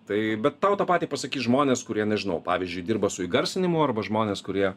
tai bet tau tą patį pasakys žmonės kurie nežinau pavyzdžiui dirba su įgarsinimu arba žmonės kurie